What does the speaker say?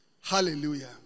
Hallelujah